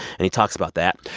and he talks about that.